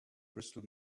crystal